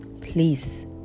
Please